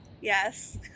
Yes